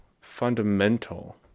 fundamental